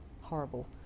horrible